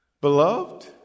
Beloved